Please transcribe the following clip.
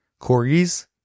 corgis